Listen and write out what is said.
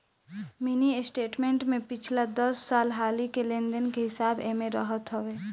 mini statement में पिछला दस हाली के लेन देन के हिसाब एमे रहत हवे